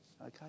Okay